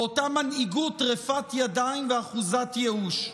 באותה מנהיגות רפת ידיים ואחוזת ייאוש.